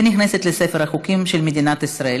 ונכנסת לספר החוקים של מדינת ישראל.